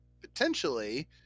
potentially